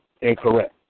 incorrect